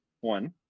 one